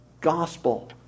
gospel